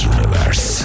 Universe